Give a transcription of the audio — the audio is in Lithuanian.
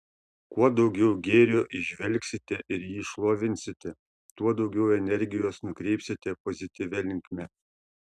kuo daugiau gėrio įžvelgsite ir jį šlovinsite tuo daugiau energijos nukreipsite pozityvia linkme